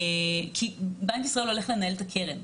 כי בנק ישראל הולך לנהל את הקרן.